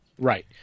right